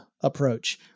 approach